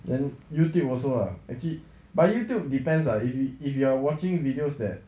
then youtube also [what] actually but youtube depends lah if you if you are watching videos that